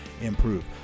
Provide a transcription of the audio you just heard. improve